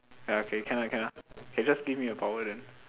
ya okay can ah can ah can just give me a power then